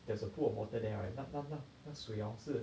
there's a pool of water there ah 那那那那水 hor 是